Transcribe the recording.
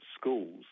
schools